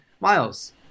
Miles